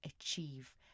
achieve